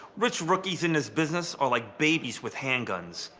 rich rookies in this business are like babies with handguns.